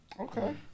Okay